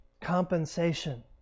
compensation